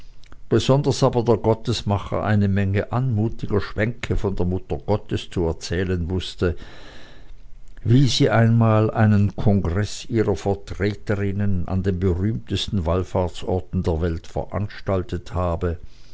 besonders aber der gottesmacher eine menge anmutiger schwänke von der mutter gottes zu erzählen wußte wie sie einmal einen kongreß ihrer vertreterinnen an den berühmtesten wallfahrtsorten der welt veranstaltet habe